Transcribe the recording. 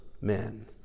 men